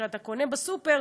שאתה קונה בסופר,